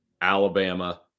Alabama